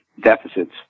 deficits